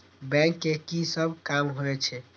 Bank के की सब काम होवे छे?